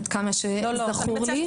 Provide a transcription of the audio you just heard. עד כמה שזכור לי,